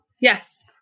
Yes